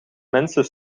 mensen